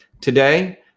today